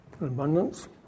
abundance